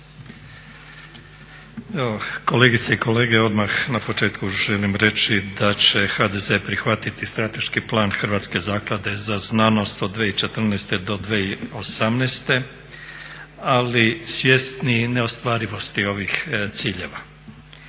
kolegice i kolege odmah na početku želim reći da će HDZ prihvatiti Strateški plan Hrvatske zaklade za znanost od 2014. do 2018. ali svjesni neostvarivosti ovih ciljeva.